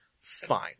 Fine